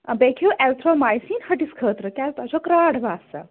بیٚیہِ کھیٚیِو ازتھرومایسیٖن ہیٚٹِس خٲطرٕ کیازِ تۄہہِ چھو کراٹھ باسان